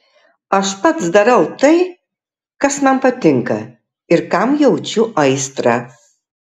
aš pats darau tai kas man patinka ir kam jaučiu aistrą